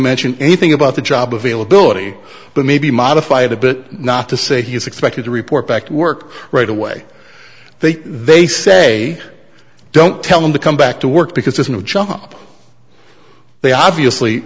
mention anything about the job availability but maybe modify it a bit not to say he's expected to report back to work right away they they say don't tell him to come back to work because there's no jump they obviously